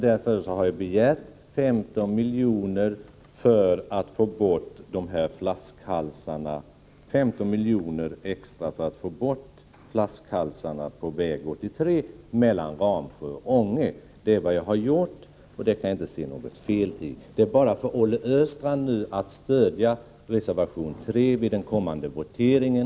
Därför har jag begärt 15 miljoner extra för att få bort flaskhalsarna på väg 83 mellan Ramsjö och Ånge. Det är vad jag har gjort, och det kan jag inte se något feli. Det är bara för Olle Östrand att stödja reservation 3 vid den kommande voteringen!